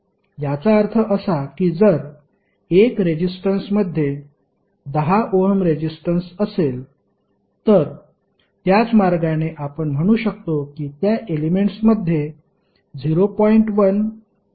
याचा अर्थ असा की जर 1 रेजिस्टन्समध्ये 10 ओहम रेजिस्टन्स असेल तर त्याच मार्गाने आपण म्हणू शकतो की त्या एलेमेंट्समध्ये 0